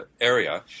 area